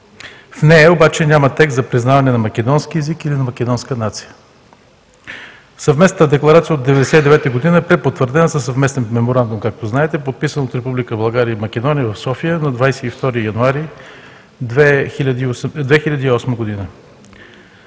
В нея обаче няма текст за признаване на македонски език или на македонска нация. Съвместната декларация от 1999 г. е препотвърдена със съвместен Меморандум, както знаете, подписан от Република България и Македония в София на 22 януари 2008 г.